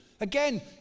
Again